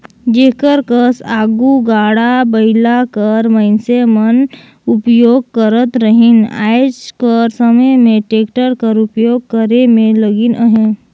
जेकर कस आघु गाड़ा बइला कर मइनसे मन उपियोग करत रहिन आएज कर समे में टेक्टर कर उपियोग करे में लगिन अहें